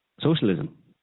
socialism